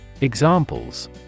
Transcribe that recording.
Examples